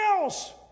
else